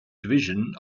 division